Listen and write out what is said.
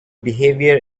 behavior